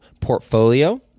portfolio